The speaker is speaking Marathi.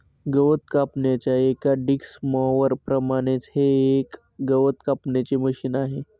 गवत कापण्याच्या एका डिक्स मॉवर प्रमाणेच हे ही एक गवत कापण्याचे मशिन आहे